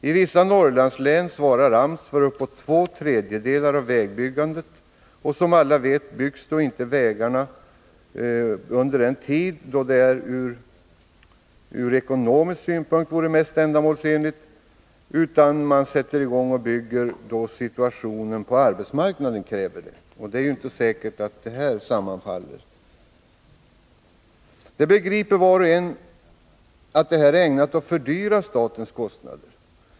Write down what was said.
I vissa Norrlandslän svarar AMS för uppåt två tredjedelar av vägbyggandet. Och som alla vet byggs vägarna inte under den tid då det ur ekonomisk synpunkt vore mest ändamålsenligt utan när situationen på arbetsmarknaden kräver det. Och det är inte säkert att de båda tidpunkterna sammanfaller. Var och en begriper att detta är ägnat att öka statens kostnader.